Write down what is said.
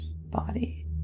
body